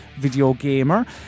videogamer